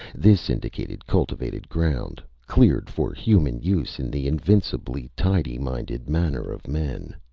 this indicated cultivated ground, cleared for human use in the invincibly tidy-minded manner of men.